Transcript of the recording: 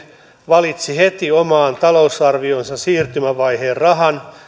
valitsi heti omaan talousarvioonsa siirtymävaiheen rahan